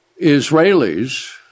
Israelis